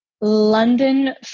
London